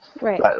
Right